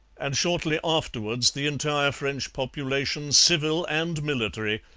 and shortly afterwards the entire french population, civil and military,